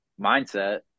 mindset